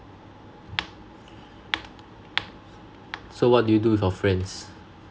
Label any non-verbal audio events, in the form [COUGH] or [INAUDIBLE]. [NOISE] so what do you do with your friends